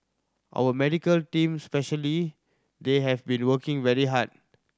our medical teams especially they have been working very hard